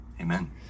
amen